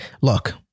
look